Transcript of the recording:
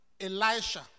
Elisha